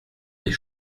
des